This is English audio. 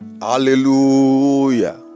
Hallelujah